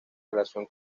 relación